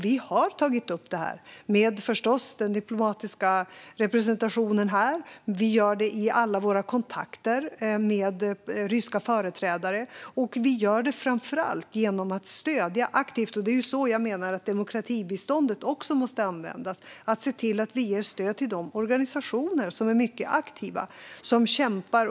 Vi har tagit upp det här, förstås, med den diplomatiska representationen här, vi gör det i alla våra kontakter med ryska företrädare och vi gör det framför allt genom att aktivt stödja de organisationer som är mycket aktiva och som kämpar under svåra förhållanden för att hjälpa människor som är förföljda och mycket utsatta.